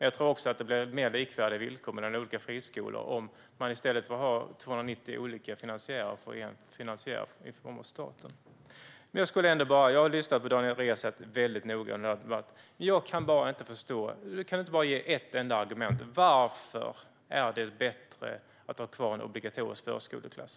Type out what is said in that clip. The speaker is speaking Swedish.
Jag tror också att villkoren mellan olika friskolor blir mer likvärdiga om man får en enda finansiär, i form av staten, i stället för att ha 290 olika finansiärer. Jag har lyssnat väldigt noga på Daniel Riazat under debatten, och det är en sak jag inte kan förstå. Kan du ge ett enda argument för att det är bättre att ha en obligatorisk förskoleklass?